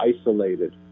isolated